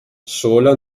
sola